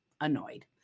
annoyed